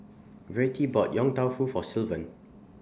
Vertie bought Yong Tau Foo For Sylvan